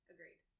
Agreed